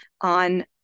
on